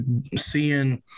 seeing